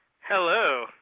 Hello